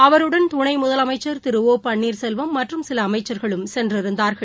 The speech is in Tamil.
அவருடன் துணைமுதலமைச்சர் திரு ஓ பள்னீர் செல்வம் மற்றும் சிலஅமைச்சர்களும் சென்றிருந்தார்கள்